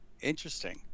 Interesting